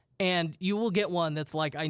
and you will get one that's like, i mean